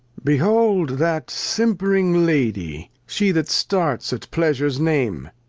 behold that simp'ring lady, she that starts at pleasures name,